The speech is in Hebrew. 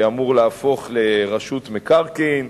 שאמור להפוך לרשות מקרקעין,